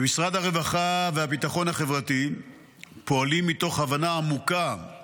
במשרד הרווחה והביטחון החברתי פועלים מתוך הבנה עמוקה של